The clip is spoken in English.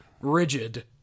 rigid